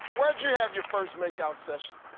where did you have your first make-out session?